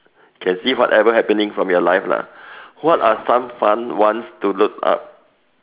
can see whatever happening from your life lah what are some fun ones to look up